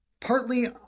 partly